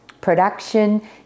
production